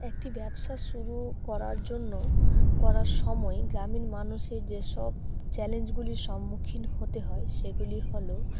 একটি ব্যবসা শুরু করার জন্য করার সময় গ্রামীণ মানুষের যেসব চ্যালেঞ্জগুলির সম্মুখীন হতে হয় সেগুলি হলো